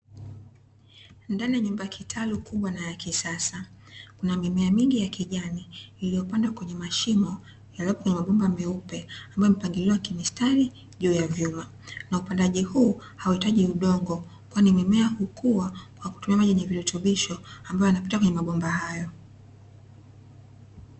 Ndani ya nyumba ya kitalu kubwa na ya kisasa, kuna mimea mingi ya kijani iliyopandwa kwenye mashimo yaliopo kwenye mabomba meupe, ambayo yamepangiliwa kimistari juu ya vyuma. Na upandaji huu hauitaji udongo, kwani mimea hukua kwa kutumia maji yenye virutubisho, ambayo yanapita kwenye mabomba hayo.